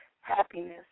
happiness